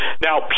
Now